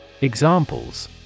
Examples